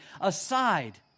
aside